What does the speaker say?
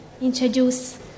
introduce